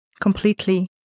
completely